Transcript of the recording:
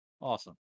awesome